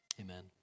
amen